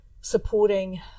supporting